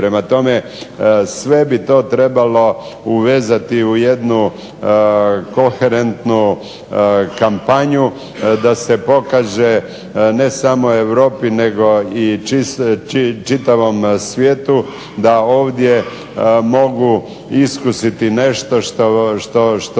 prema tome, sve bi to trebalo uvezati u jednu koherentnu kampanju da se pokaže ne samo europi nego i čitavom svijetu da ovdje mogu iskusiti nešto što